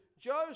Joseph